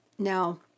Now